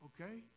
okay